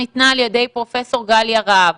ניתנה על-ידי פרופ' גליה רהב.